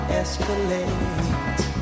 escalate